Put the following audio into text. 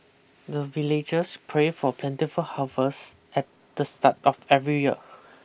the villagers pray for plentiful harvest at the start of every year